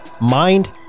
mind